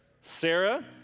Sarah